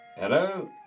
Hello